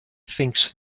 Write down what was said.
thinks